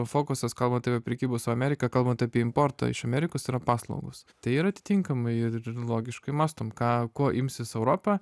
fokusas kalbant apie prekybą su amerika kalbant apie importą iš amerikos yra paslaugos tai ir atitinkamai ir logiškai mąstom ką ko imsis europa